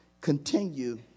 continue